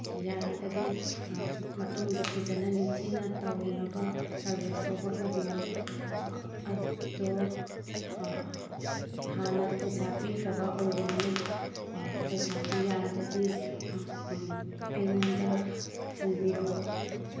ꯌꯥꯔꯒꯗꯤ ꯃꯇꯨꯡꯗ ꯐꯖꯅ ꯅꯤꯡꯊꯤꯅ ꯇꯧꯅꯕ ꯁꯥꯔꯕꯤꯁ ꯇꯣ ꯍꯣꯠꯅꯕꯤꯌꯨ ꯑꯗꯣ ꯍꯥꯟꯅ ꯄꯩꯁꯥ ꯄꯤꯈ꯭ꯔꯕ ꯑꯣꯏꯕꯅꯤꯅ ꯄꯩꯁꯥꯑꯗꯨ ꯌꯥꯔꯒꯗꯤ ꯑꯩꯉꯣꯟꯗ ꯍꯟꯕꯤꯔꯛꯑꯣ